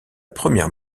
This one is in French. première